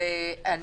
אני